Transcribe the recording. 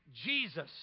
Jesus